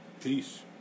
peace